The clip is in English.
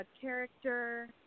character